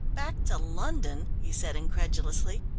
back to london? he said incredulously.